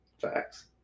Facts